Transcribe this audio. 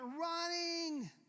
running